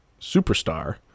superstar